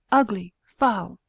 ugly, foul,